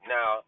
Now